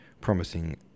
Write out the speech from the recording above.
promising